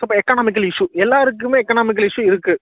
so இப்போ economical issue எல்லாருக்குமே economical issue இருக்குது